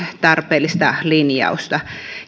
tarpeellista linjausta